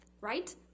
right